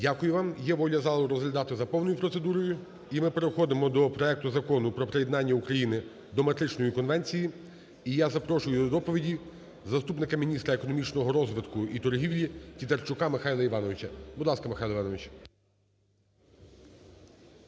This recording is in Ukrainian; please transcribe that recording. Дякую вам. Є воля залу розглядати за повною процедурою. І ми переходимо до проекту Закону про приєднання України до Метричної конвенції. І я запрошую до доповіді заступника міністра економічного розвитку і торгівлі Тітарчука Михайла Івановича.